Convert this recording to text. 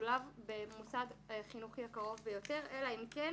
משולב במוסד חינוכי הקרוב ביותר, אלא אם כן